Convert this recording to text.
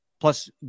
plus